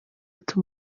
ati